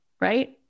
right